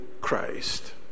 Christ